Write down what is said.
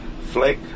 Flake